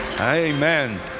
Amen